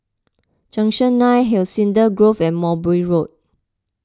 Junction nine Hacienda Grove and Mowbray Road